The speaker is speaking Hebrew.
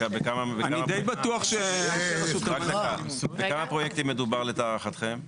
בכמה פרויקטים מדובר להערכתם?